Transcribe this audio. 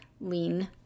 lean